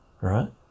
right